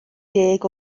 ddeg